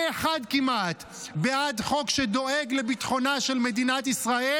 אחד כמעט בעד חוק שדואג לביטחונה של מדינת ישראל,